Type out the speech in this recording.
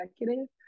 executive